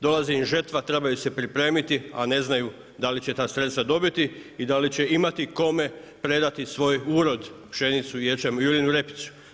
Dolazi im žetva, trebaju se pripremiti, a ne znaju da li će ta sredstva dobiti i da li će imati kome predati svoj urod, pšenicu, ječam i uljanu repicu.